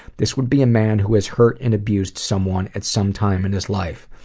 this would be a man who has hurt and abused someone at some time in his life.